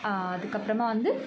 அதுக்கு அப்புறமா வந்து